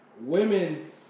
Women